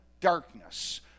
darkness